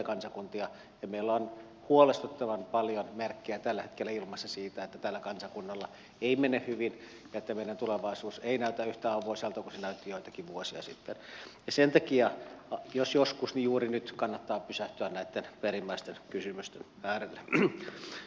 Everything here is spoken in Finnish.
meillä on huolestuttavan paljon merkkejä tällä hetkellä ilmassa siitä että tällä kansakunnalla ei mene hyvin ja että meidän tulevaisuus ei näytä yhtä auvoisalta kuin se näytti joitakin vuosia sitten ja sen takia jos joskus niin juuri nyt kannattaa pysähtyä näitten perimmäisten kysymysten äärelle